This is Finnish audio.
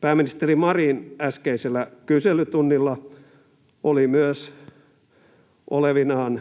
Pääministeri Marin äskeisellä kyselytunnilla oli myös olevinaan